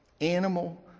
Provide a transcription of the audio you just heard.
Animal